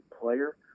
player